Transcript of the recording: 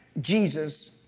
Jesus